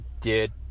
Dude